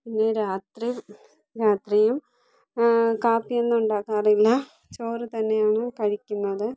പിന്നെ രാത്രി രാത്രിയും കാപ്പിയൊന്നും ഉണ്ടാക്കാറില്ല ചോറ് തന്നെയാണ് കഴിക്കുന്നത്